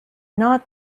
not